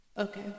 Okay